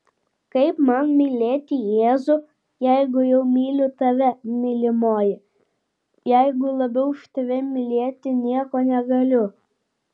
kaip man mylėti jėzų jeigu jau myliu tave mylimoji jeigu labiau už tave mylėti nieko negaliu